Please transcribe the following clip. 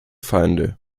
feinde